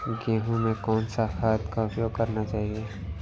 गेहूँ में कौन सा खाद का उपयोग करना चाहिए?